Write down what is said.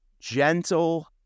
gentle